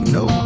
no